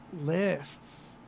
Lists